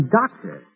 doctor